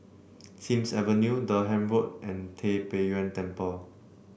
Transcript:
Sims Avenue Durham Road and Tai Pei Yuen Temple